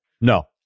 No